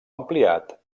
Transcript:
ampliat